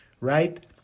right